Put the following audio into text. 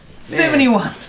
Seventy-one